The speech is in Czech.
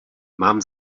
mám